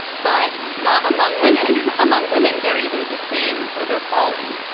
but not among women. among women, they're either the same or they're falling.